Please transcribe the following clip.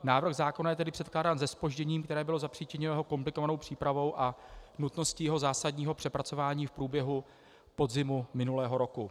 Návrh zákona je tedy předkládán se zpožděním, které bylo zapřičiněno jeho komplikovanou přípravou a nutností jeho zásadního přepracování v průběhu podzimu minulého roku.